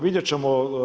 Vidjet ćemo.